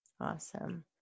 Awesome